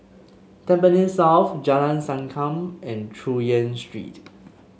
Tampines South Jalan Sankam and Chu Yen Street